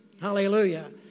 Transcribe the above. Hallelujah